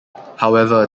however